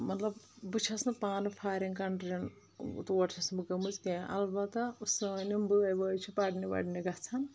مطلب بہٕ چھس نہٕ پانہٕ فاریٖن کنٹری ین تور چھس نہٕ بہٕ گٔمٕژ کینٛہہ البتہ سٲنۍ یِم بٲے وٲے چھِ پرنہِ ورنہِ گژھان